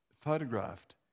photographed